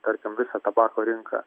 tarkim visą tabako rinką